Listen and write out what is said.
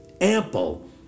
ample